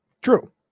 True